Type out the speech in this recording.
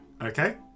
Okay